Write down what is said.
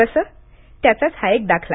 कसं त्याचा हा एक दाखला